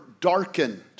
darkened